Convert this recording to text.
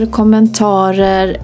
kommentarer